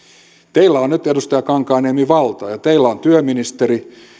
teillä on nyt edustaja kankaanniemi valta ja teillä on työministeri